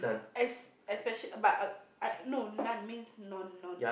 as as special but I I no not means non non